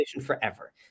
forever